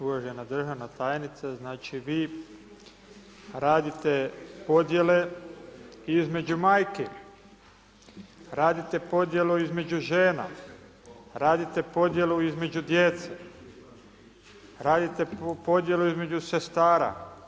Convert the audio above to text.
Uvažena državna tajnice, znači vi radite podjele između majki, radite podjelu između žena, radite podjelu između djece, radite podjelu između sestara.